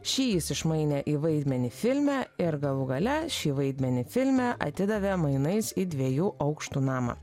šį jis išmainė į vaidmenį filme ir galų gale šį vaidmenį filme atidavė mainais į dviejų aukštų namą